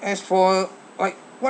as for like what